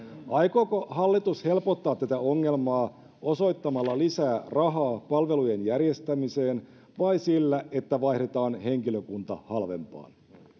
aikooko hallitus helpottaa tätä ongelmaa osoittamalla lisää rahaa palvelujen järjestämiseen vai sillä että vaihdetaan henkilökunta halvempaan